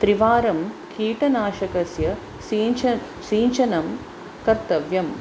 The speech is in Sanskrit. त्रिवारं कीटनाशकस्य सीञ्च सीञ्चनं कर्तव्यम्